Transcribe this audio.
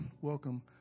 Welcome